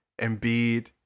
Embiid